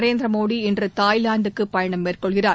நரேந்திர மோடி இன்று தாய்லாந்துக்கு பயணம் மேற்கொள்கிறார்